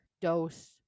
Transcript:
dose